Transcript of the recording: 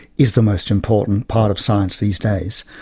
is the most important part of science these days.